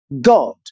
God